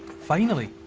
finally,